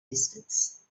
distance